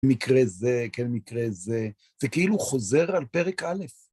מקרה זה, כן, מקרה זה, זה כאילו חוזר על פרק א'.